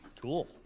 Cool